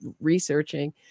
researching